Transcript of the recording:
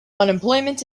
unemployment